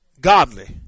Godly